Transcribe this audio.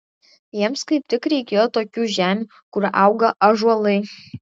jiems kaip tik reikėjo tokių žemių kur auga ąžuolai